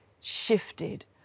shifted